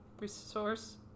resource